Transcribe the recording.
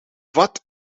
wat